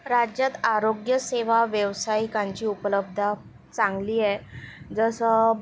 राज्यात आरोग्यसेवा व्यावसायिकांची उपलब्धता चांगली आहे जसं